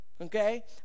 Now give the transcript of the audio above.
okay